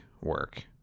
work